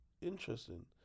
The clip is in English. Interesting